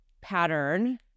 pattern